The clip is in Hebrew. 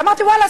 ואמרתי: ואללה,